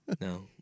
No